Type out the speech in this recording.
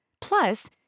Plus